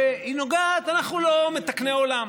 שהיא נוגעת, אנחנו לא מתקני עולם,